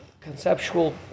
conceptual